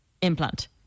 implant